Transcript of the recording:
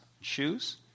shoes